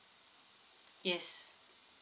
yes